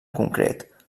concret